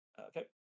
Okay